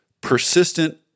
persistent